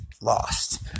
lost